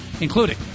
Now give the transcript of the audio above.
including